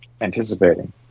anticipating